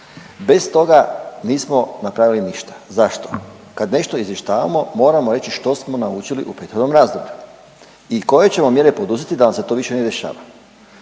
bez toga nismo napravili ništa. zašto? Kad nešto izvještavamo moramo reći što smo naučili u prethodnom razdoblju i koje ćemo mjere poduzeti da nam se to više ne dešava.